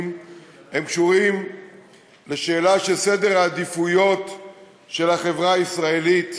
קשור לשאלה של סדר העדיפויות של החברה הישראלית.